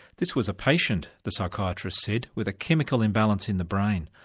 this was a patient, the psychiatrist said, with a chemical imbalance in the brain.